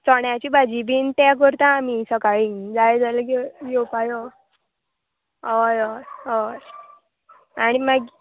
चोण्याची भाजी बीन तें करता आमी सकाळीं जाय जाल्यार घेवपा यो हय हय हय आनी मागी